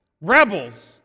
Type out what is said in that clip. Rebels